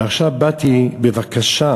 ועכשיו באתי בבקשה,